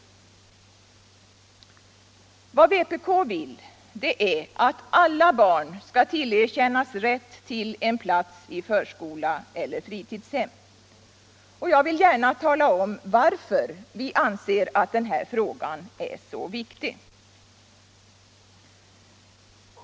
Vad vpk vill är att alla barn skall tillerkännas rätt till en plats i förskola eller fritidshem. Jag vill gärna tala om varför vi anser att denna fråga är så viktig.